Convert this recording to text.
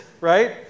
right